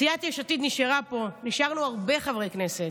סיעת יש עתיד נשארה פה, נשארנו הרבה חברי כנסת,